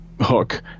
hook